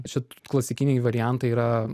čia klasikiniai variantai yra